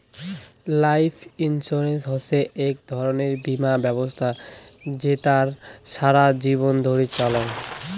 life insurance হসে আক ধরণের বীমা ব্যবছস্থা জেতার সারা জীবন ধরি চলাঙ